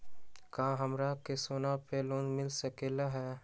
का हमरा के सोना पर लोन मिल सकलई ह?